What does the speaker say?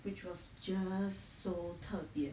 which was just so 特别